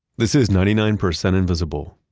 this is ninety nine percent invisible.